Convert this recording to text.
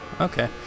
okay